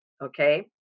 Okay